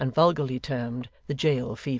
and vulgarly termed the jail fever.